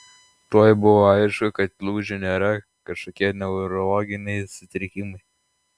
tuoj buvo aišku kad lūžių nėra kažkokie neurologiniai sutrikimai